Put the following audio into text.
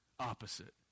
opposite